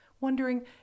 wondering